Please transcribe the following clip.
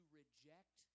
reject